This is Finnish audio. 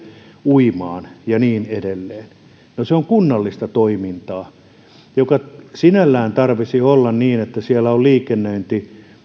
uimaan ja niin edelleen no se on kunnallista toimintaa jonka sinällään tarvitsisi olla niin että siellä on liikennöinti